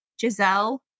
Giselle